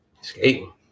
Skating